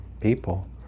people